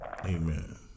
Amen